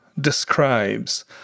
describes